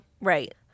Right